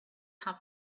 have